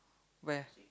where